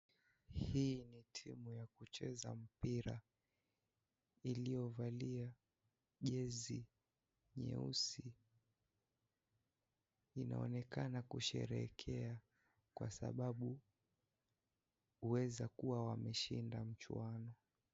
Hii ni timu ya kucheza mpira iliyovalia jezi nyeusi inaonekana kusherehekea kwa sababu huenda kuwa wameshinda mchuano.